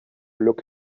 look